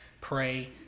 pray